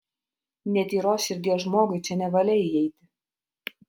netyros širdies žmogui čia nevalia įeiti